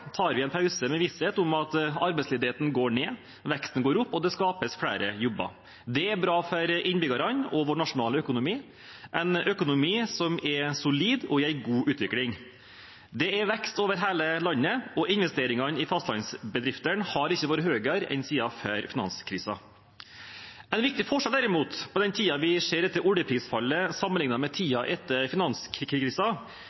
tar vi en pause med visshet om at arbeidsledigheten går ned, at veksten går opp, og at det skapes flere jobber. Det er bra for innbyggerne og vår nasjonale økonomi – en økonomi som er solid og i en god utvikling. Det er vekst over hele landet, og investeringene i fastlandsbedriftene har ikke vært større enn siden før finanskrisen. En viktig forskjell, derimot, som vi ser i tiden etter oljeprisfallet sammenlignet med